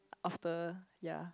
after ya